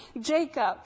Jacob